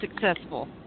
successful